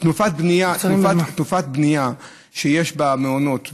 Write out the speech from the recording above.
תנופת בנייה של מעונות,